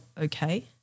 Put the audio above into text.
okay